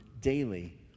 daily